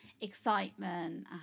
excitement